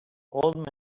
old